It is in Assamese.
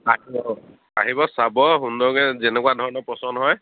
আহিব আহিব চাব সুন্দৰকে যেনেকুৱা ধৰণৰ পচন্দ হয়